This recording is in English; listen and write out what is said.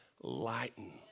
lighten